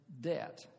debt